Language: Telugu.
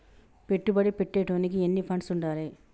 పెట్టుబడి పెట్టేటోనికి ఎన్ని ఫండ్స్ ఉండాలే?